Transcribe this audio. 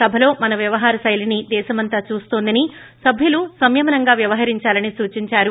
సభలో మన వ్యవహార శైలిని దేశమంతా చూస్తోందని సభ్యులు సంయమనంగా వ్యవహరించాలని సూచించారు